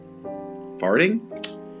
farting